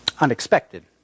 Unexpected